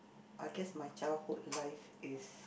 I guess my childhood life is